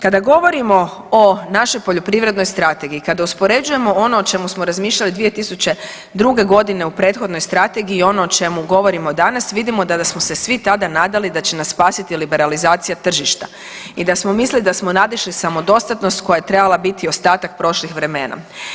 Kada govorimo o našoj Poljoprivrednoj strategiji, kada uspoređujemo ono o čemu smo razmišljali 2002. godine o prethodnoj strategiji, ono o čemu govorimo danas vidimo da smo se svi tada nadali da će nas spasiti liberalizacija tržišta i da smo nadišli samodostatnost koja je trebala biti ostatak prošlih vremena.